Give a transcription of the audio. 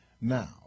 Now